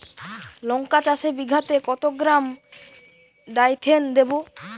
লঙ্কা চাষে বিঘাতে কত গ্রাম ডাইথেন দেবো?